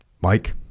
mike